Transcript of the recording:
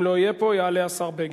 אם הוא לא יהיה פה, יעלה השר בגין.